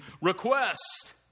request